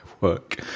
work